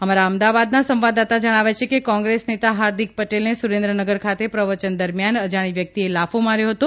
અમારા અમદાવાદના સંવાદદાતા જજ્ઞાવે છે કે કોંગ્રેસ નેતા હાર્દિક પટેલને સુરેન્દ્રનગર ખાતે પ્રવચન દરમિયાન અજાણી વ્યક્તિએ લાફો માર્યો હતો